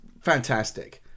fantastic